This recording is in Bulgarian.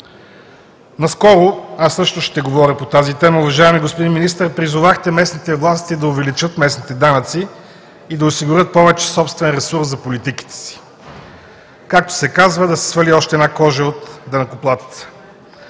Наскоро, аз също ще говоря по тази тема, уважаеми господин Министър, призовахте местните власти да увеличат местните данъци и да осигурят повече собствен ресурс за политиките си, както се казва, да се свали още една кожа от данъкоплатеца.